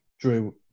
Drew